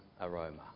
aroma